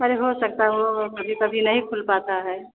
अरे हो सकता है वह कभी कभी नहीं खुल पाता है